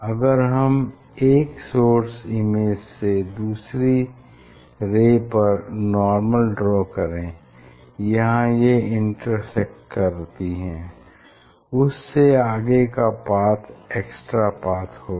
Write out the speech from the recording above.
अगर हम एक सोर्स इमेज से दूसरी रे पर नार्मल ड्रा करें जहाँ ये इंटेरसेक्ट करती है उससे आगे का पाथ एस्टा पाथ होगा